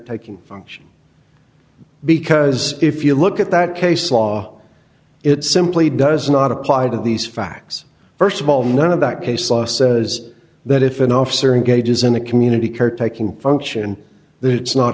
taking function because if you look at that case law it simply does not apply to these facts st of all none of that case law says that if an officer engages in a community caretaking function then it's not